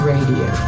Radio